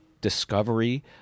discovery